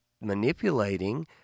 manipulating